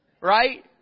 Right